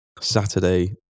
Saturday